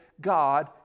God